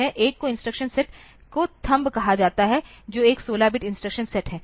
एक और instruction set को थंब कहा जाता है जो एक 16 बिट इंस्ट्रक्शन सेट है